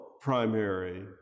primary